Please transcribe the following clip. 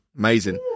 Amazing